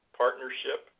partnership